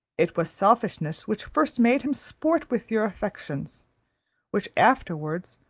it was selfishness which first made him sport with your affections which afterwards,